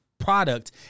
product